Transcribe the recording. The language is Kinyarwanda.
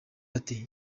ati